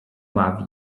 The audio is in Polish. bawi